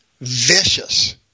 vicious